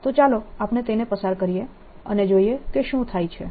તો ચાલો આપણે તેને પસાર કરીએ અને જોઈએ કે શું થાય છે